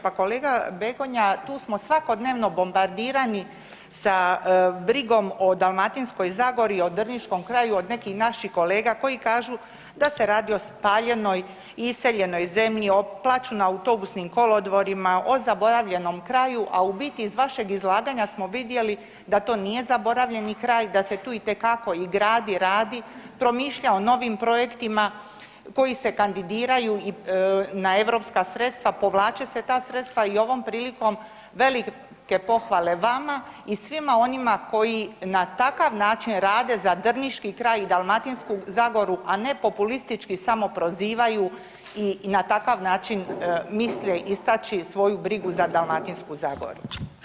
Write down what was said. Pa kolega Begonja tu smo svakodnevno bombardirani sa brigom o Dalmatinskoj zagori, o drniškom kraju od nekih naših kolega koji kažu da se radi o spaljenoj, iseljenoj zemlji, plaču na autobusnim kolodvorima, o zaboravljenom kraju, a u biti iz vašeg izlaganja smo vidjeli da to nije zaboravljeni kraj, da se tu itekako i gradi, radi, promišlja o novim projektima koji se kandidiraju i na europska sredstava, povlače se ta sredstva i ovom prilikom velike pohvale vama i svima onima koji na takav način rade za drniški kraj i Dalmatinsku zagoru, a ne populistički samo prozivaju i na takav način misle istači svoju brigu za Dalmatinsku zagoru.